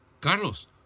Carlos